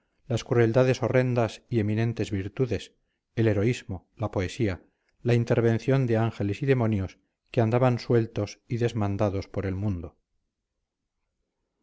las crueldades horrendas y eminentes virtudes el heroísmo la poesía la intervención de ángeles y demonios que andaban sueltos y desmandados por el mundo